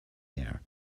year